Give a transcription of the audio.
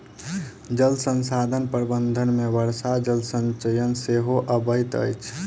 जल संसाधन प्रबंधन मे वर्षा जल संचयन सेहो अबैत अछि